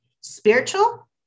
spiritual